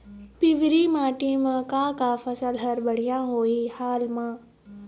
पिवरी माटी म का का फसल हर बढ़िया होही हाल मा?